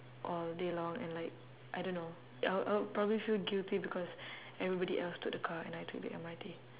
all day long and like I don't know I I would probably feel guilty because everybody else took the car and I took the M_R_T